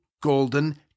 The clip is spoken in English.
golden